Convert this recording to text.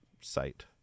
site